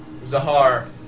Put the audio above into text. Zahar